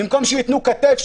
במקום שייתנו כתף,